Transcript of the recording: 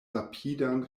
rapidan